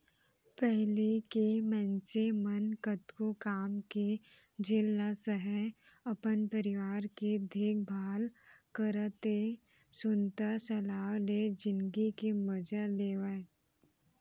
पहिली के मनसे मन कतको काम के झेल ल सहयँ, अपन परिवार के देखभाल करतए सुनता सलाव ले जिनगी के मजा लेवयँ